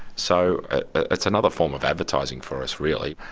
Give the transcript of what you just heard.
so it's another form of advertising for us, really.